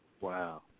Wow